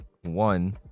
one